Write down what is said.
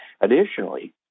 Additionally